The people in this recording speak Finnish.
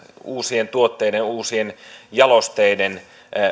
uusien tuotteiden uusien jalosteiden